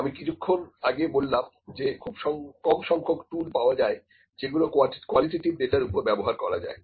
আমি কিছুক্ষণ আগে বললাম যে খুব কম সংখ্যক টুল পাওয়া যায় যেগুলি কোয়ালিটেটিভ ডাটা র উপরে ব্যবহার করা যায়